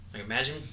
Imagine